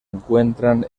encuentran